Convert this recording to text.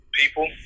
people